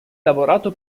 lavorato